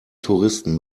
touristen